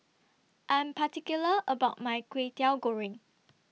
I'm particular about My Kwetiau Goreng